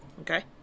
Okay